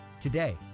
Today